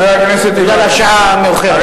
בגלל השעה המאוחרת.